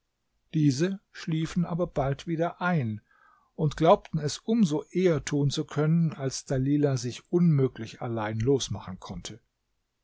diese schliefen aber bald wieder ein und glaubten es um so eher tun zu können als dalilah sich unmöglich allein losmachen konnte